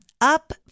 Up